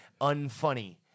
unfunny